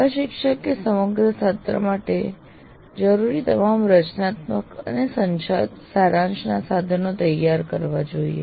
પ્રશિક્ષકે સમગ્ર સત્ર માટે જરૂરી તમામ રચનાત્મક અને સારાંશના સાધનો તૈયાર કરવા જોઈએ